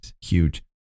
huge